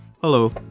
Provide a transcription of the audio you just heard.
Hello